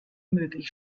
möglich